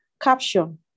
Caption